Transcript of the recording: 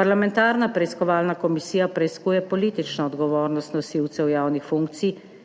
parlamentarna preiskovalna komisija preiskuje politično odgovornost nosilcev javnih funkcij